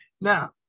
Now